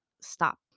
stop